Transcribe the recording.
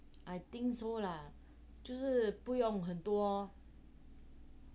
I think so lah 就是不用很多